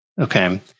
Okay